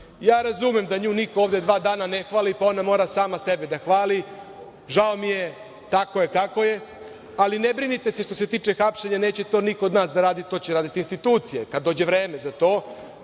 razumem da nju niko ovde dva dana ne hvali, pa ona mora sama sebe da hvali, žao mi je tako kako je, ali ne brinite se što se tiče hapšenja neće to niko od nas da radi, to će raditi institucije kada dođe vreme za to,